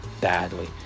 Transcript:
badly